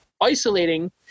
isolating